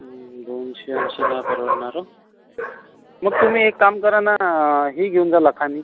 दोनशे ऐंशीला परवडणार ओ मग तुम्ही एक काम करा ना ही घेऊन जा लखानी